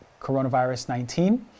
coronavirus-19